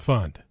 Fund